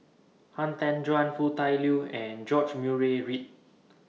Han Tan Juan Foo Tui Liew and George Murray Reith